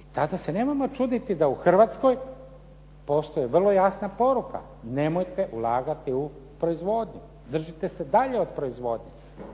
I tada se nemojmo čuditi da u Hrvatskoj postoji vrlo jasna poruka, nemojte ulagati u proizvodnju, držite se dalje od proizvodnje.